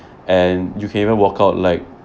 and you can even walk out like